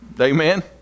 Amen